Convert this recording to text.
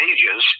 Ages